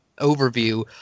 overview